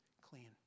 clean